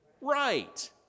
right